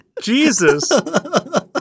Jesus